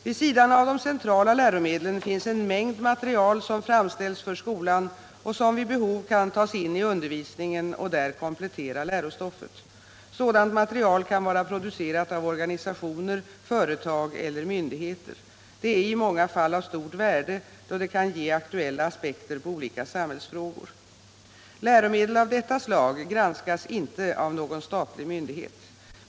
Vid sidan av de centrala läromedlen finns en mängd material som framställs för skolan och som vid behov kan tas in i undervisningen och där komplettera lärostoffet. Sådant material kan vara producerat av organisationer, företag eller myndigheter. Det är i många fall av stort värde, då det kan ge aktuella aspekter på olika samhällsfrågor. Läromedel av detta slag granskas inte av någon statlig myndighet.